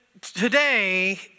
today